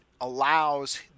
allows